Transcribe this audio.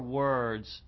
words